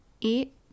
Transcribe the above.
eat